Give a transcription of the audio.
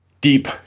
deep